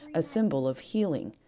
a symbol of healing.